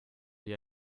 die